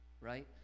right